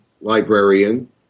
librarian